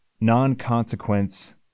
non-consequence